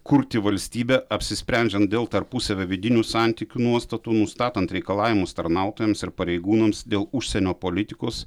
kurti valstybę apsisprendžiant dėl tarpusavio vidinių santykių nuostatų nustatant reikalavimus tarnautojams ir pareigūnams dėl užsienio politikos